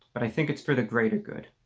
but i think it's for the greater. good